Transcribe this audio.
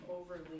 overly